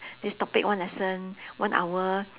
this topic one lesson one hour